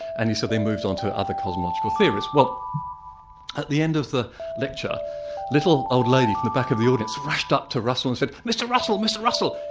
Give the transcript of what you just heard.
and he suddenly moved on to other cosmological theories. well at the end of the lecture, a little old lady from the back of the audience rushed up to russell and said, mr russell, mr russell,